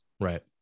right